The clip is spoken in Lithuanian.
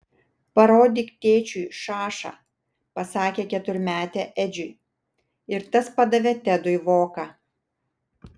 parodyk tėčiui šašą pasakė keturmetė edžiui ir tas padavė tedui voką